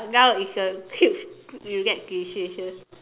now is a huge you make decision